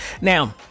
Now